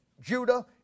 Judah